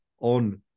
on